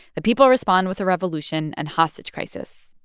the people respond with a revolution and hostage crisis.